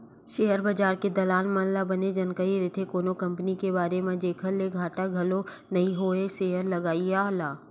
share बजार के दलाल मन ल बने जानकारी रहिथे कोनो कंपनी के बारे म जेखर ले घाटा घलो नइ होवय सेयर लगइया ल